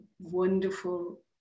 wonderful